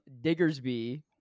Diggersby